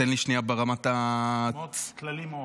תן לי שנייה ברמת --- כללי מאוד.